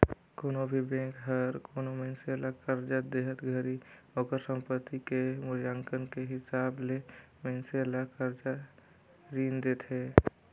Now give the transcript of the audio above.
कोनो भी बेंक हर कोनो मइनसे ल करजा देहत घरी ओकर संपति के मूल्यांकन के हिसाब ले मइनसे ल करजा रीन देथे